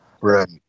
Right